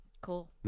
Cool